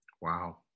Wow